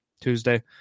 Tuesday